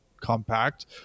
compact